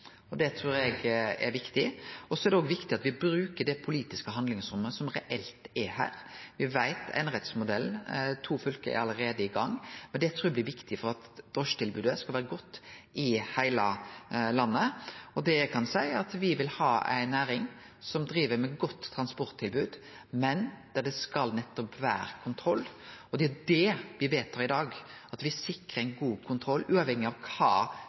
og det trur eg er viktig. Så er det òg viktig at me brukar det politiske handlingsrommet som reelt er her. Me veit at to fylke allereie er i gang med einerettsmodellen, og det trur eg blir viktig for at drosjetilbodet skal vere godt i heile landet. Det eg kan seie, er at me vil ha ei næring som driv med godt transporttilbod, men der det nettopp skal vere kontroll. Det er det me vedtar i dag, at me sikrar ein god kontroll uavhengig av kva